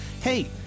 Hey